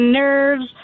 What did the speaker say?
nerves